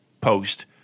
post